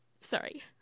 Sorry